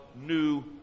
new